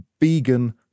vegan